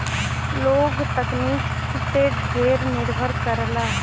लोग तकनीकी पे ढेर निर्भर करलन